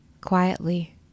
quietly